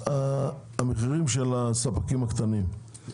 המחירים של הספקים הקטנים מצליחים